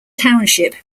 township